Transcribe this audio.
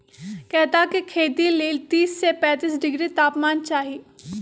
कैता के खेती लेल तीस से पैतिस डिग्री तापमान चाहि